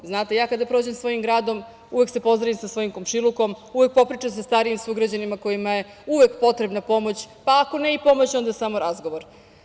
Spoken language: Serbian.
Ja kada prođem svojim gradom uvek se pozdravim sa svojim komšilukom, popričam sa starijim sugrađanima kojima je uvek potrebna pomoć, pa ako ne pomoć, onda samo razgovor.